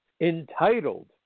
entitled